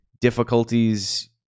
difficulties